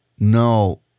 No